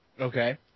Okay